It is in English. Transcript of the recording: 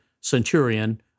centurion